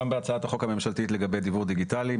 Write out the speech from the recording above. אגב, גם בהצעת החוק הממשלתית לגבי דיוור דיגטלי,